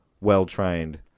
well-trained